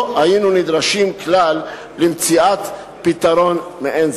לא היינו נדרשים כלל למציאת פתרון מעין זה.